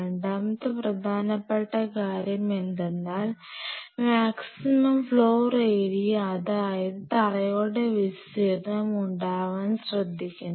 രണ്ടാമത്തെ പ്രധാനപ്പെട്ട കാര്യം എന്തെന്നാൽ മാക്സിമം ഫ്ലോർ ഏരിയ അതായത് തറയുടെ വിസ്തീർണം ഉണ്ടാവാൻ ശ്രദ്ധിക്കണം